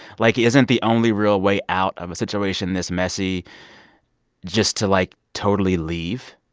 like, isn't the only real way out of a situation this messy just to, like, totally leave?